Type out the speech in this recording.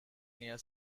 near